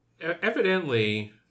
evidently